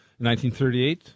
1938